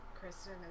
Kristen